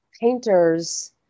painter's